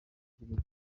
kirere